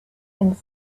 and